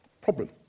problem